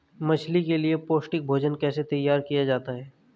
मछली के लिए पौष्टिक भोजन कैसे तैयार किया जाता है?